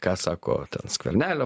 ką sako skvernelio